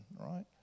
right